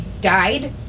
died